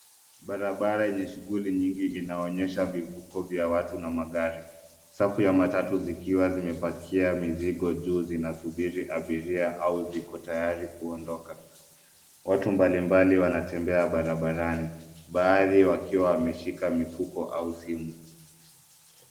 Barabara yenye shughuli nyingi inaonyesha vivuko vya watu na magari . Safu ya matatu zikiwa zimepakia mizigo juu zinasubiri abiria au ziko tayari kuondoka. Watu mbalimbali wanatembea barabarani baadhi wakiwa wameshika mifuko au simu.